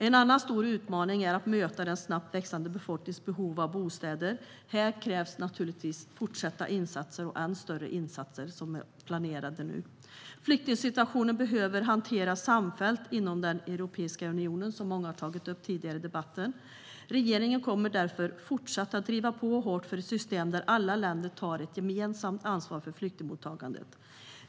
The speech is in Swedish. En annan stor utmaning är att möta den snabbt växande befolkningens behov av bostäder. Här krävs fortsatta och ännu större insatser än de som nu är planerade. Flyktingsituationen behöver hanteras samfällt inom Europeiska unionen, vilket många tagit upp tidigare i debatten. Regeringen kommer därför fortsatt att driva på hårt för ett system där alla länder tar ett gemensamt ansvar för flyktingmottagandet.